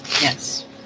Yes